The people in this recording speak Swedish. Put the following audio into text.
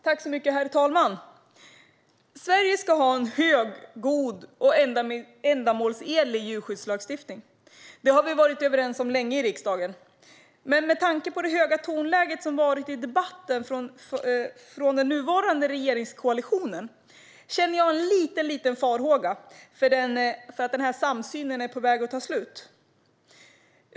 Herr talman! Sverige ska ha en hög, god och ändamålsenlig djurskyddslagstiftning. Det har vi varit överens om länge i riksdagen. Men med tanke på det höga tonläge som varit i debatten från den nuvarande regeringskoalitionen känner jag en liten farhåga för att denna samsyn är på väg mot sitt slut.